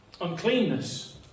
uncleanness